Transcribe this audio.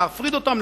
להפריד אותם,